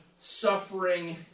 suffering